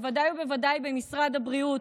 בוודאי ובוודאי במשרד הבריאות,